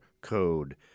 code